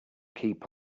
keep